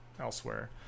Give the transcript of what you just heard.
elsewhere